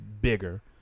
bigger